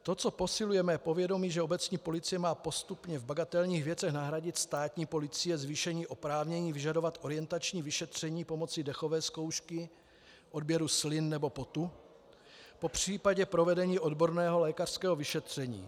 To, co posiluje mé povědomí, že obecní policie má postupně v bagatelních věcech nahradit státní policii, je zvýšení oprávnění vyžadovat orientační vyšetření pomocí dechové zkoušky, odběru slin nebo potu, popřípadě provedení odborného lékařského vyšetření.